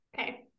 Okay